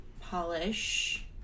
polish